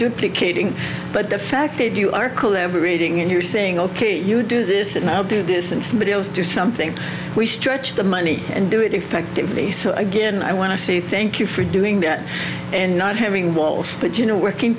duplicating but the fact that you are collaborating and you're saying ok you do this and i'll do this and somebody else do something we stretch the money and do it effectively so again i want to see thank you for doing that and not having walls but you know working